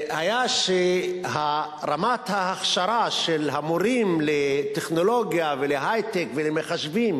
היה שרמת ההכשרה של המורים לטכנולוגיה ולהיי-טק ולמחשבים